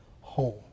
home